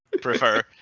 prefer